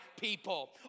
people